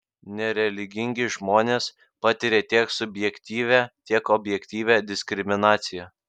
nereligingi žmonės patiria tiek subjektyvią tiek objektyvią diskriminaciją